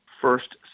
first